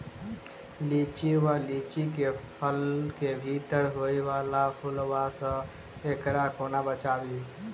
लिच्ची वा लीची केँ फल केँ भीतर होइ वला पिलुआ सऽ एकरा कोना बचाबी?